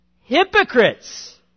hypocrites